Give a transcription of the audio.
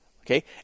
Okay